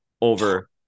over